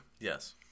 Yes